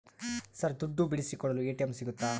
Sir ದುಡ್ಡು ಬಿಡಿಸಿಕೊಳ್ಳಲು ATM ಸಿಗುತ್ತಾ?